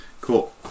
Cool